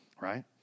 right